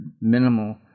minimal